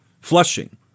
Flushing